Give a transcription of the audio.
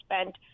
spent